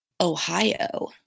Ohio